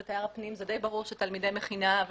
ו"תייר פנים" זה די ברור שתלמידי מכינה הם